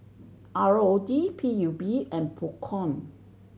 R O D P U B and Procom